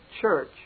church